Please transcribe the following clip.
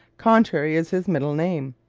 contrary is his middle name.